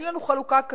אין לנו חלוקה כזאת,